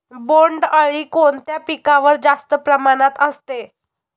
बोंडअळी कोणत्या पिकावर जास्त प्रमाणात असते?